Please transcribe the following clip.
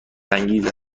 انگیز